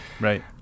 right